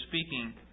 speaking